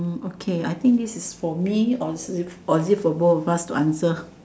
mm okay I think this is for me or it's or is it for both of us to answer